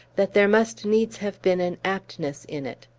that there must needs have been an aptness in it.